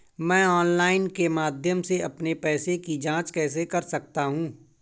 मैं ऑनलाइन के माध्यम से अपने पैसे की जाँच कैसे कर सकता हूँ?